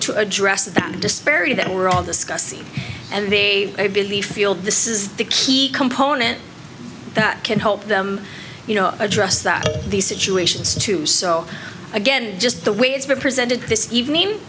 to address the disparity that we're all discussing and the a belief feel this is the key component that can help them you know address that these situations too so again just the way it's been presented this evening